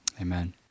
Amen